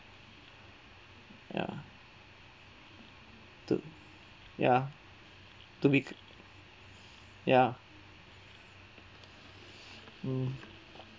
ya to ya too big ya mm